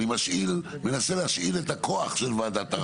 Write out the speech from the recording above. אני מנסה להשאיל את הכוח של וועדת ערר.